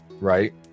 right